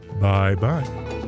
Bye-bye